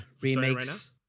remakes